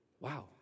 wow